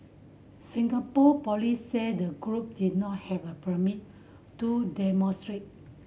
Singapore police said the group did not have a permit to demonstrate